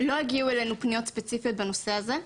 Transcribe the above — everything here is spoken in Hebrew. לא הגיעו אלינו פניות ספציפיות בנושא הזה.